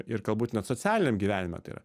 ir galbūt net socialiniam gyvenime tai yra